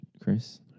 Chris